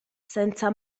senza